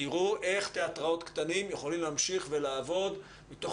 תראו איך תיאטראות קטנים יכולים להמשיך ולעבוד מתוך